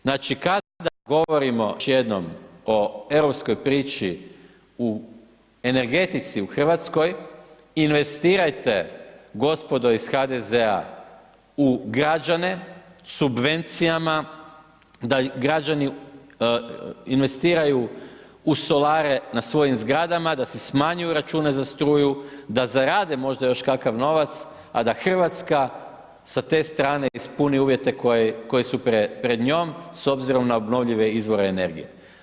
Znači, kada govorimo, još jednom, o europskoj priči u energetici u Hrvatskoj, investirajte, gospodo iz HDZ-a u građane, subvencijama, da građani investiraju u solare na svojim zgradama, da si smanjuju račune za struju, da zarade još kakav novac, a da Hrvatska sa te strane ispuni uvjete koji su pred njom s obzirom na obnovljive izvore energije.